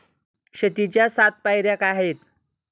शेतीच्या सात पायऱ्या काय आहेत?